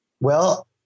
Well-